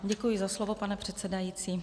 Děkuji za slovo, pane předsedající.